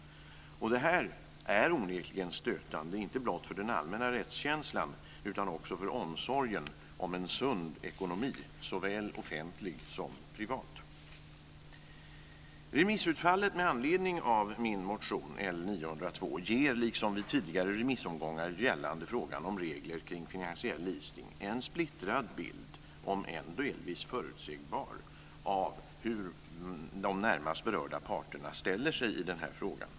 Det här är onekligen stötande inte blott för den allmänna rättskänslan utan också för omsorgen om en sund ekonomi, såväl offentlig som privat.